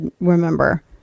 remember